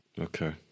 Okay